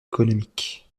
économique